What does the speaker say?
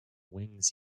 wings